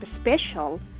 special